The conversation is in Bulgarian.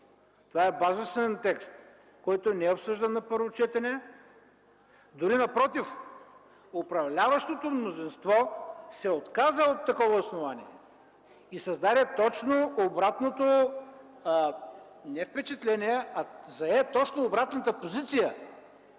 Това е базисен текст, който не е обсъждан на първо четене. Напротив, управляващото мнозинство се отказа от такова основание и създаде точно обратното не впечатление, а зае точно обратната позиция